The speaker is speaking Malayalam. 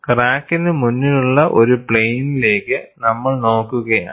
ക്രാക്കിന് മുന്നിലുള്ള ഒരു പ്ലെയിനിലേക്ക് നമ്മൾ നോക്കുകയാണ്